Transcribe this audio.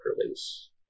release